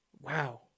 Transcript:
wow